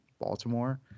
Baltimore